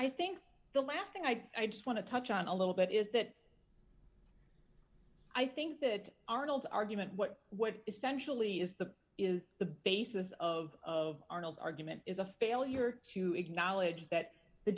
i think the last thing i want to touch on a little bit is that i think that arnold argument what what essentially is the is the basis of of arnold argument is a failure to acknowledge that the